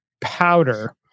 powder